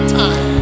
time